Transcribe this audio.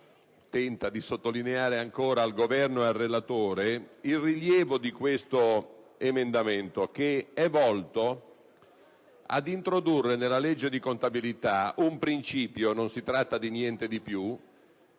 tenta di sottolinearne nuovamente al Governo e al relatore il rilievo. Esso è volto ad introdurre nella legge di contabilità un principio - non si tratta di niente di più